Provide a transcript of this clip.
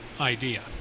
idea